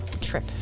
trip